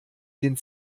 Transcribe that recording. den